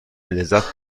لذت